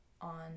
on